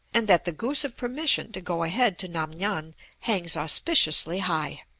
and that the goose of permission to go ahead to nam-ngan hangs auspiciously high.